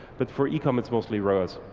but for ecom, it's mostly roas.